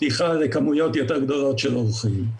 פתיחה לכמויות יותר גדולות של אורחים,